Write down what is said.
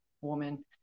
woman